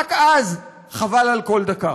רק אז חבל על כל דקה.